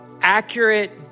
accurate